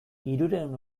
hirurehun